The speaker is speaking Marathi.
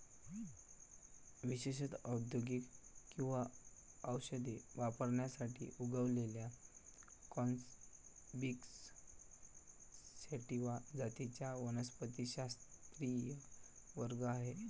विशेषत औद्योगिक किंवा औषधी वापरासाठी उगवलेल्या कॅनॅबिस सॅटिवा जातींचा वनस्पतिशास्त्रीय वर्ग आहे